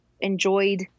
enjoyed